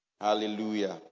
Hallelujah